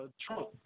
Trump